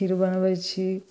खीर बनबै छी